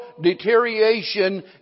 deterioration